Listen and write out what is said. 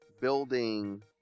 building